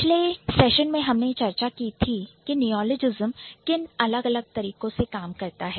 पिछले सत्र में हमने चर्चा की थी कि Neologism नियॉलजिस्म किन अलग अलग तरीकों से काम करता है